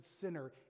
sinner